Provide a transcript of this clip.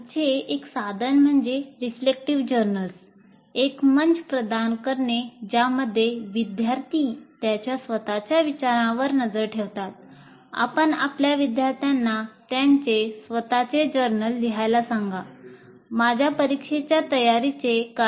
पुढे एक साधन म्हणजे रिफ्लेक्टिव्ह जर्नल्स लिहायला सांगा माझ्या परीक्षेच्या तयारीचे काय